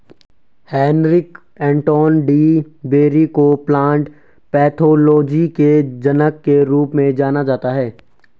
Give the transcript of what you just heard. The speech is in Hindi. हेनरिक एंटोन डी बेरी को प्लांट पैथोलॉजी के जनक के रूप में जाना जाता है